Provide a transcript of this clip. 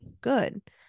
good